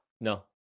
No